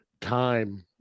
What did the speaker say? time